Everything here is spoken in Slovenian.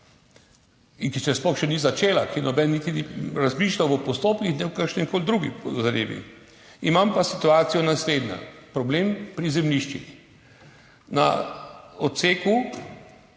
ki se sploh še ni začela, noben niti ni razmišljal o postopkih niti o kakršnikoli drugi zadevi. Imam pa situacijo naslednjo, problem pri zemljiščih. Na odseku